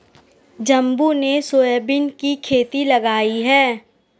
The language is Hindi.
जम्बो ने सोयाबीन की खेती लगाई है